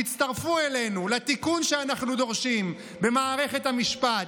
תצטרפו אלינו לתיקון שאנחנו דורשים במערכת המשפט,